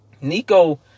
Nico